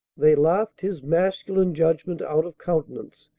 they laughed his masculine judgment out of countenance,